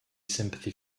sympathy